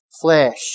flesh